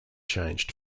changed